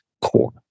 core